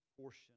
portion